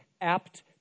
apt